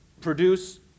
produce